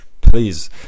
please